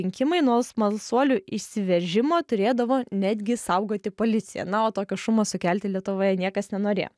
rinkimai nuo smalsuolių išsiveržimo turėdavo netgi saugoti policija na o tokio šumo sukelti lietuvoje niekas nenorėjo